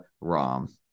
rom